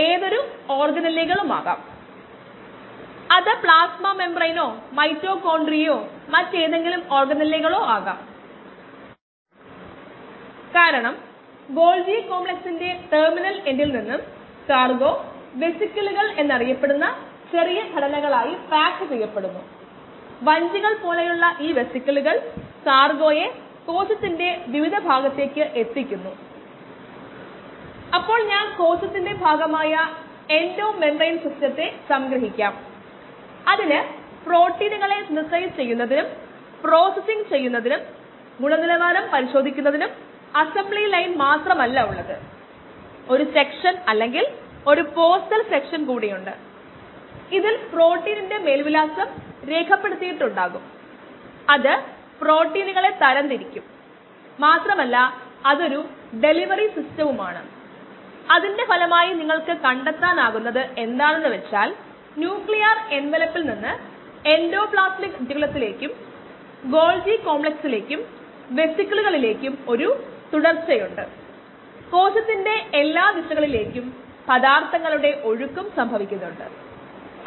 ഒരു സമവാക്യത്തിലെ ഓരോ പദത്തിന്റെയും യൂണിറ്റുകൾ പരിശോധിച്ച് അത് ഒന്നുതന്നെയാണെന്ന് ഉറപ്പാക്കുന്നത് എല്ലായ്പ്പോഴും നല്ലതാണ്